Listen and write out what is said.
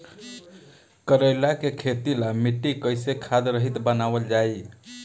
करेला के खेती ला मिट्टी कइसे खाद्य रहित बनावल जाई?